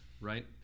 right